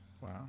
wow